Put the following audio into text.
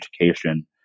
education